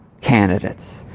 candidates